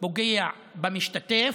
פוגע במשתתף,